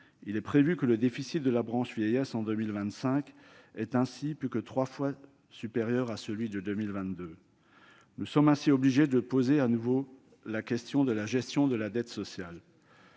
plus inquiétante. Le déficit de la branche vieillesse devrait, en 2025, être plus de trois fois supérieur à celui de 2022. Nous sommes ainsi obligés de poser à nouveau la question de la gestion de la dette sociale.